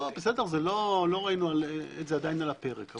לא ראינו את זה עדיין על הפרק.